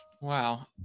Wow